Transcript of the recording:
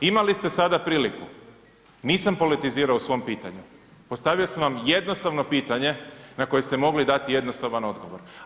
Imali ste sada priliku, nisam politizirao u svom pitanju, postavio sam vam jednostavno pitanje na koje ste mogli dati jednostavan odgovor.